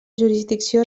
jurisdicció